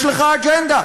יש לך אג'נדה: